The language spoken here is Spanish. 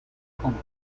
conjunta